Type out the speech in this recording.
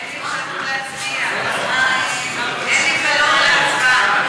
אין לי אפשרות להצביע, אין לי חלון להצבעה.